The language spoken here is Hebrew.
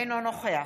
אינו נוכח